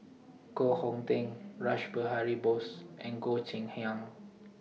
Koh Hong Teng Rash Behari Bose and Goh Cheng Liang